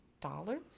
dollars